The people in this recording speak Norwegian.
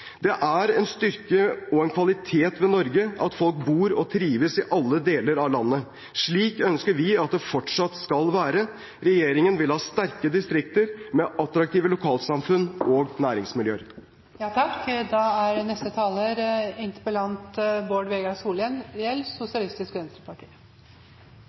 Det er en styrke og en kvalitet ved Norge at folk bor og trives i alle deler av landet. Slik ønsker vi at det fortsatt skal være. Regjeringen vil ha sterke distrikter med attraktive lokalsamfunn og